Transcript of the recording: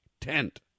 tent